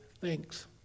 thanks